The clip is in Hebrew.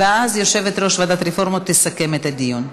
ואז יושבת-ראש ועדת הביקורת תסכם את הדיון.